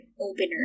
opener